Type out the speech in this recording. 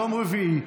יום רביעי,